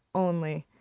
only,